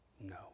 no